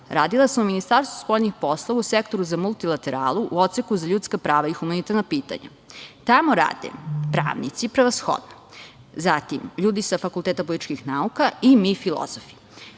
radila sam u Ministarstvu spoljnih poslova u Sektoru za multilateralu, a u Odseku za ljudska prava i humanitarna pitanja. Tamo rade pravnici prevashodno, zatim ljudi sa Fakulteta političkih nauka i mi filozofi.